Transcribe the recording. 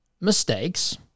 mistakes